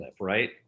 right